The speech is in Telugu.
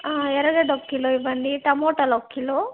ఎర్రగడ్డ ఒక కిలో ఇవ్వండి టమోటాలు ఒక కిలో